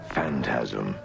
Phantasm